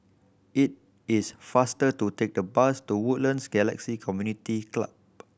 it is faster to take the bus to Woodlands Galaxy Community Club